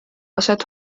aset